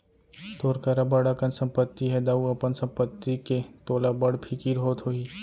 तोर करा बड़ अकन संपत्ति हे दाऊ, अपन संपत्ति के तोला बड़ फिकिर होत होही